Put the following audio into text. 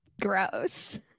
gross